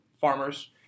farmers